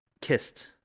kissed